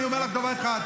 אני אומר לך דבר אחד,